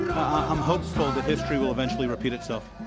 i'm hopeful that history will eventually repeat itself.